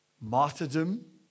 martyrdom